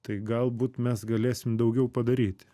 tai galbūt mes galėsim daugiau padaryti